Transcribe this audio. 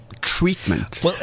treatment